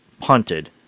punted